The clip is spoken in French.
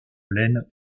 laine